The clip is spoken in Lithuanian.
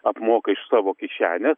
apmoka iš savo kišenės